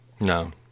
No